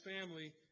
family